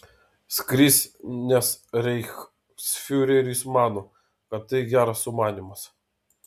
skris nes reichsfiureris mano kad tai geras sumanymas